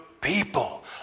people